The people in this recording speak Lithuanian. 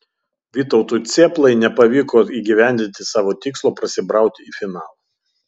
vytautui cėplai nepavyko įgyvendinti savo tikslo prasibrauti į finalą